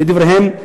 לדבריהם,